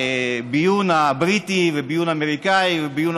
הביון הבריטי והביון אמריקני והביון